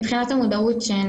מבחינת המודעות,